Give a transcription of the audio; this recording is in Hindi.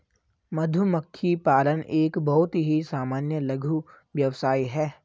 मधुमक्खी पालन एक बहुत ही सामान्य लघु व्यवसाय है